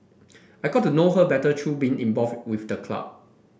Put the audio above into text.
I got to know her better through being involved with the club